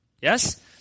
Yes